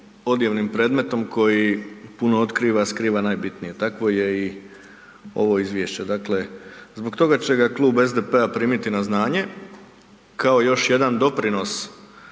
odjevnim predmetom koji puno otkriva, a skriva najbitnije, tako je i ovo izvješće. Dakle, zbog toga će ga Klub SDP-a primiti na znanje kao još jedan doprinos